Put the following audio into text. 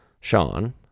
Sean